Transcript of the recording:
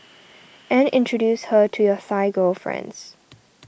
and introduce her to your Thai girlfriends